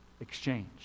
exchange